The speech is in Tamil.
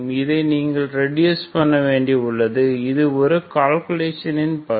இதை நீங்கள் ரெடுஸ் பன்ன வேண்டி உள்ளது இது ஒரு கால்குலேஷன் பகுதி